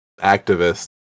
activists